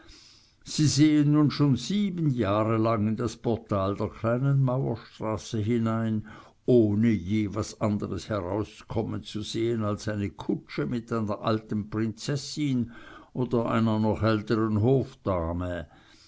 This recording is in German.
sie sehen nun schon sieben jahre lang in das portal der kleinen mauerstraße hinein ohne je was anderes herauskommen zu sehen als eine kutsche mit einer alten prinzessin oder einer noch älteren hofdame